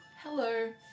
Hello